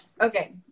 Okay